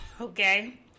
Okay